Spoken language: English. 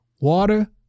Water